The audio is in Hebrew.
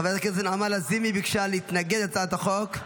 חברת הכנסת נעמה לזימי ביקשה להתנגד להצעת החוק,